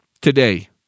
today